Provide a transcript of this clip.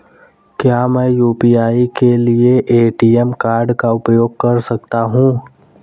क्या मैं यू.पी.आई के लिए ए.टी.एम कार्ड का उपयोग कर सकता हूँ?